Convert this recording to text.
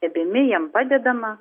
stebimi jiem padedama